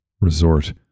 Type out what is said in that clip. resort